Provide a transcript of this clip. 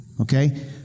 Okay